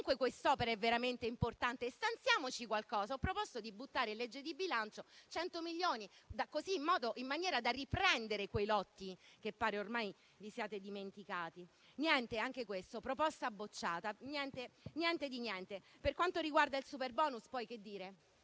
comunque quest'opera è veramente importante e stanziamo qualcosa. Ho proposto di buttare in legge di bilancio 100 milioni, in maniera da riprendere quei lotti, che pare ormai vi siate dimenticati. Niente, anche questa proposta bocciata. Niente di niente. Sul superbonus si è detto